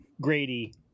Grady